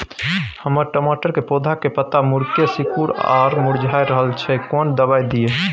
हमर टमाटर के पौधा के पत्ता मुड़के सिकुर आर मुरझाय रहै छै, कोन दबाय दिये?